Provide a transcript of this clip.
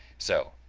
so,